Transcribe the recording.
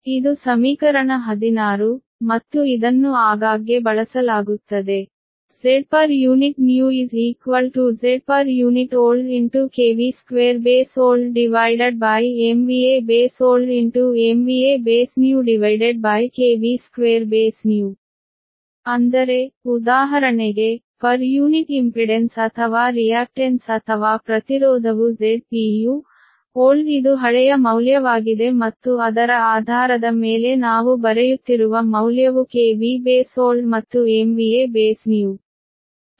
ಇದು ಸಮೀಕರಣ 16 ಮತ್ತು ಇದನ್ನು ಆಗಾಗ್ಗೆ ಬಳಸಲಾಗುತ್ತದೆ Zpu new Zpu old KVBold 2MVAB oldMVAB newKVBnew2 ಅಂದರೆ ಉದಾಹರಣೆಗೆ ಪರ್ ಯೂನಿಟ್ ಇಂಪಿಡೆನ್ಸ್ ಅಥವಾ ರಿಯಾಕ್ಟ್ನ್ಸ್ ಅಥವಾ ಪ್ರತಿರೋಧವು Zpuold ಇದು ಹಳೆಯ ಮೌಲ್ಯವಾಗಿದೆ ಮತ್ತು ಅದರ ಆಧಾರದ ಮೇಲೆ ನಾವು ಬರೆಯುತ್ತಿರುವ ಮೌಲ್ಯವು KV base old ಮತ್ತು MVA base new